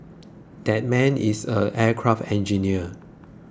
that man is an aircraft engineer